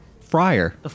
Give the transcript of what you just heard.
fryer